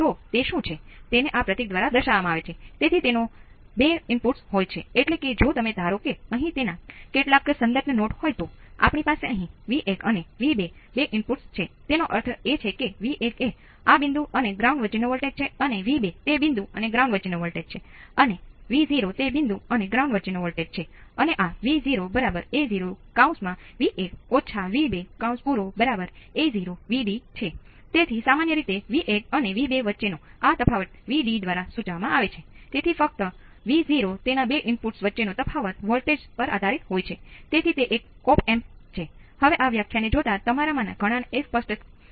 તેથી આ R2 છે આ R2 છે અને આ R1 છે અને હું તમને અહી આદર્શ ઓપ એમ્પ્સ હોય છે કે જેનો મેં અગાઉ ઉલ્લેખ કર્યો તેને ચકાસી શકાય છે